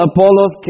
Apollos